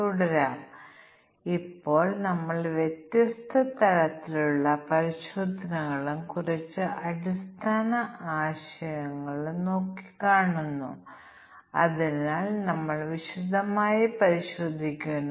തുല്യമായ ക്ലാസ് ടെസ്റ്റിംഗും പ്രത്യേക മൂല്യ പരിശോധനയും ആയ രണ്ട് പ്രധാനപ്പെട്ട ബ്ലാക്ക് ബോക്സ് ടെസ്റ്റിംഗ് ടെക്നിക്കുകൾ ഞങ്ങൾ നോക്കി